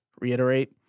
reiterate